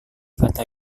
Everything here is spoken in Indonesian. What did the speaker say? kata